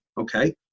okay